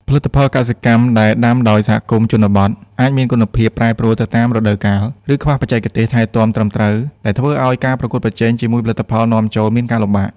ផលិតផលកសិកម្មដែលដាំដោយសហគមន៍ជនបទ អាចមានគុណភាពប្រែប្រួលទៅតាមរដូវកាល ឬខ្វះបច្ចេកទេសថែទាំត្រឹមត្រូវ ដែលធ្វើឲ្យការប្រកួតប្រជែងជាមួយផលិតផលនាំចូលមានការលំបាក។